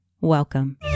Welcome